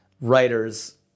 writers